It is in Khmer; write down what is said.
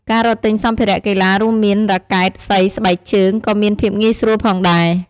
ការរកទិញសម្ភារៈកីឡា រួមមាន រ៉ាកែត សី ស្បែកជើង ក៏មានភាពងាយស្រួលផងដែរ។